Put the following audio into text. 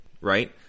right